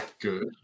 good